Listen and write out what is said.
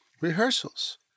rehearsals